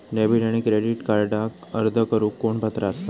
Debit आणि credit कार्डक अर्ज करुक कोण पात्र आसा?